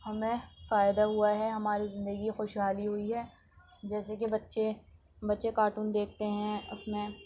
ہمیں فائدہ ہوا ہے ہماری زندگی خوشحالی ہوئی ہے جیسے کہ بچے بچے کارٹون دیکھتے ہیں اس میں